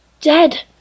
dead